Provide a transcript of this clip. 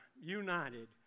united